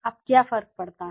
अब क्या फर्क पड़ता है